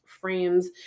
frames